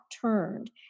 turned